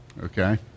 Okay